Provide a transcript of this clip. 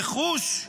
רכוש,